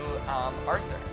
Arthur